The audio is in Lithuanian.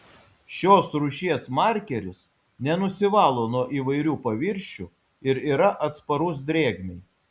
šios rūšies markeris nenusivalo nuo įvairių paviršių ir yra atsparus drėgmei